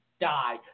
die